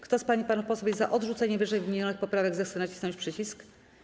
Kto z pań i panów posłów jest za odrzuceniem wyżej wymienionych poprawek, zechce nacisnąć przycisk.